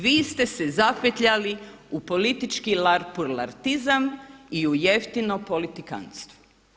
Vi ste se zapetljali u politički larpurlartizam i u jeftino politikantstvo.